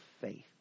faith